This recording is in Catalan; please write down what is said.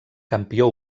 campió